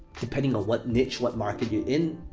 depending on what niche, what market you're in,